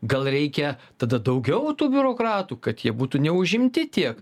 gal reikia tada daugiau tų biurokratų kad jie būtų neužimti tiek